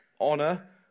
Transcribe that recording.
honor